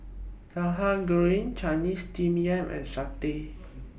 Tauhu Goreng Chinese Steamed Yam and Satay